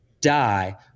die